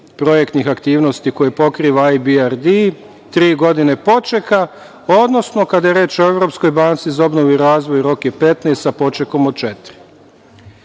projektnih aktivnosti koje pokriva ABRD, tri godine počeka, odnosno kada je reč o Evropskoj banci za obnovu i razvoj, rok je 15, sa počekom od